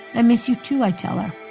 i miss you, too, i tell her.